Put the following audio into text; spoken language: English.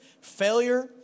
failure